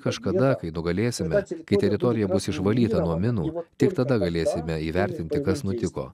kažkada kai nugalėsime kai teritorija bus išvalyta nuo minų tik tada galėsime įvertinti kas nutiko